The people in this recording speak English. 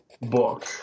book